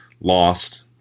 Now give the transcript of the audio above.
lost